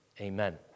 Amen